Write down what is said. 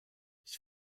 ich